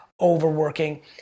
overworking